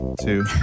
two